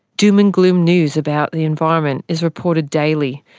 doom-and-gloom news about the environment is reported daily,